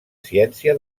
ciència